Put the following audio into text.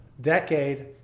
decade